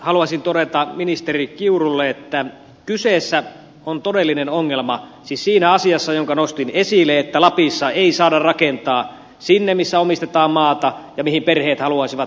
haluaisin todeta ministeri kiurulle että kyseessä on todellinen ongelma siinä asiassa jonka nostin esille että lapissa ei saada rakentaa sinne missä omistetaan maata ja mihin perheet haluaisivat kodin rakentaa